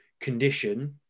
condition